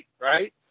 right